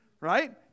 right